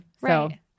Right